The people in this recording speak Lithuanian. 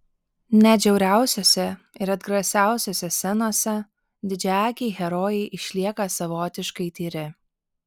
net žiauriausiose ir atgrasiausiose scenose didžiaakiai herojai išlieka savotiškai tyri